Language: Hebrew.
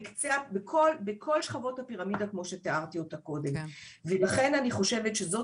בקצה ובכל שכבות הפירמידה כפי שתיארתי אותה קודם ולכן אני חושבת שזאת